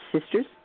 sisters